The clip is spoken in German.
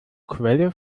quelle